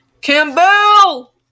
Campbell